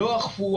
לא אכפו,